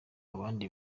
abandi